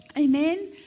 Amen